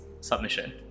submission